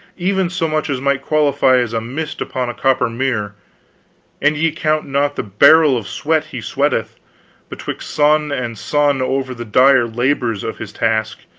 even so much as might qualify as mist upon a copper mirror an ye count not the barrel of sweat he sweateth betwixt sun and sun over the dire labors of his task